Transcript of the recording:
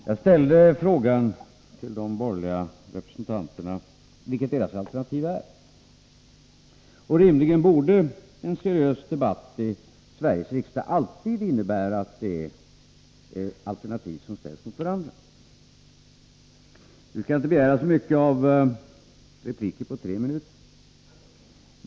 Fru talman! Jag frågade de borgerliga representanterna vilket deras alternativ var. En seriös debatt i Sveriges riksdag borde rimligen alltid innebära att alternativ ställs mot varandra. Nu skall jag inte begära för mycket av en replik på tre minuter.